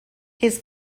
his